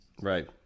Right